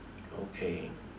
okay